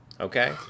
okay